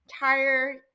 entire